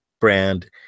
brand